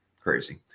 crazy